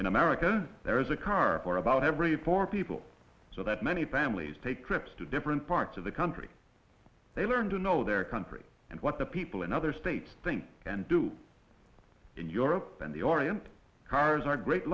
in america there is a car for about every four people so that many families take trips to different parts of the country they learn to know their country and what the people in other states think and do in europe and the orient cars are great